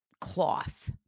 cloth